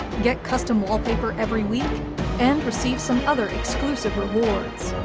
get custom wallpaper every week and receive some other exclusive rewards.